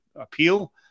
appeal